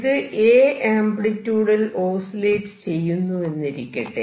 ഇത് A ആംപ്ലിട്യൂഡിൽ oscillate ചെയ്യുന്നെന്നിരിക്കട്ടെ